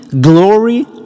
glory